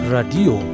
Radio